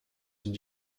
sind